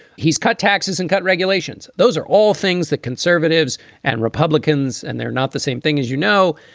he's cut taxes and cut regulations. those are all things that conservatives and republicans. and they're not the same thing as, you know,